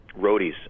roadies